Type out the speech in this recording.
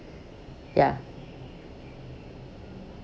ya